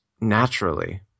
naturally